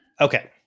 Okay